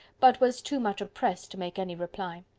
but was too much oppressed to make any reply.